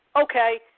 Okay